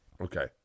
Okay